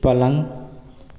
पलंग